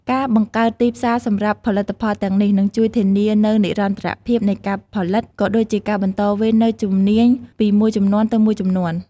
ការបង្កើតទីផ្សារសម្រាប់ផលិតផលទាំងនេះ នឹងជួយធានានូវនិរន្តរភាពនៃការផលិត ក៏ដូចជាការបន្តវេននូវជំនាញពីមួយជំនាន់ទៅមួយជំនាន់។